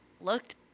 looked